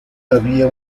había